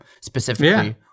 specifically